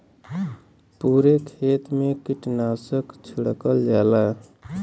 पुरे खेत मे कीटनाशक छिड़कल जाला